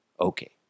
Okay